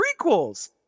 prequels